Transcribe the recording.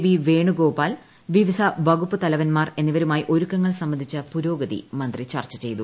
B Venugopal വിവിധ വ്യക്ടൂപ്പു തലവന്മാർ എന്നിവരുമായി ഒരുക്കങ്ങൾ സംബന്ധിച്ച പുരോഗതി മന്ത്രി ചർച്ചചെയ്തു